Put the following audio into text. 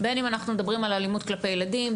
בין אם אנחנו מדברים על אלימות כלפי ילדים,